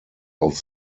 auf